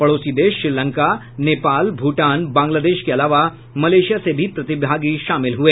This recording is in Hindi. पड़ोसी देश श्रीलंका नेपाल भूटान बांग्लादेश के अलावा मलेशिया से भी प्रतिभागी शामिल हुए